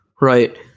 Right